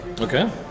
Okay